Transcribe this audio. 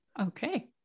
Okay